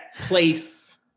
place